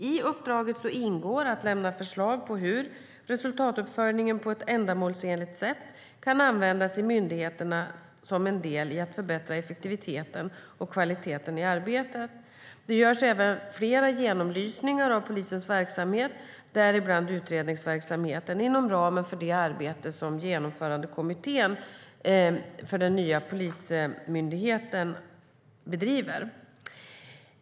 I uppdraget ingår att lämna förslag på hur resultatuppföljningen på ett ändamålsenligt sätt kan användas i myndigheterna som en del i att förbättra effektiviteten och kvaliteten i arbetet. Det görs även flera genomlysningar av polisens verksamhet, däribland utredningsverksamheten, inom ramen för det arbete som Genomförandekommittén för nya Polismyndigheten bedriver.